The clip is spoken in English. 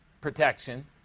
Protection